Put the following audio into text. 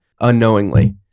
unknowingly